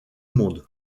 monde